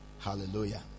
Hallelujah